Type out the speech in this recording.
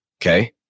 Okay